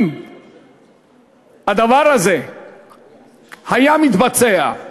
אם הדבר הזה היה מתבצע,